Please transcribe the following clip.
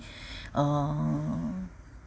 uh